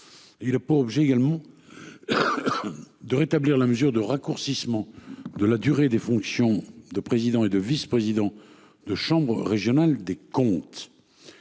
il est pas obligée également. De rétablir la mesure de raccourcissement de la durée des fonctions de président et de vice-, présidents de chambre régionale des comptes.